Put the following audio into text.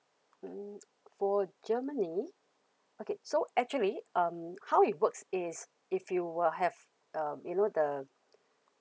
mm for germany okay so actually um how it works is if you uh have um you know the